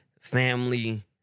family